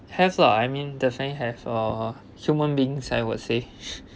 has lah I mean there's only have a human beings I would say